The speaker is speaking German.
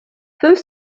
fünf